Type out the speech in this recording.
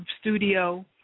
studio